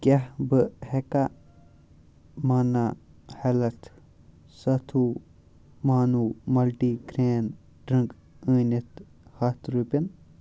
کیٛاہ بہٕ ہٮ۪کاہ مانا ہٮ۪لٕتھ سَتھوٗ مانوٗ مَلٹی گرٛین ڈٕرٛنٛک ٲنِتھ ہَتھ رۄپیَن